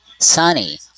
sunny